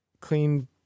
Clean